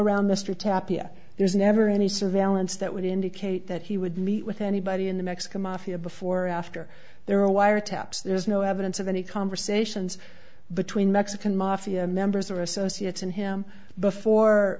tapioca there's never any surveillance that would indicate that he would meet with anybody in the mexican mafia before or after there were a wiretaps there's no evidence of any conversations between mexican mafia members or associates and him before